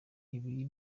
ibi